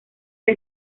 era